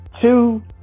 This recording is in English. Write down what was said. two